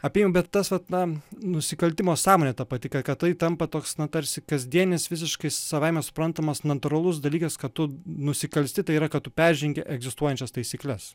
apėjimą bet tas vat na nusikaltimo sąmonė ta pati kad tai tampa toks na tarsi kasdienis visiškai savaime suprantamas natūralus dalykas kad tu nusikalsti tai yra kad tu peržengi egzistuojančias taisykles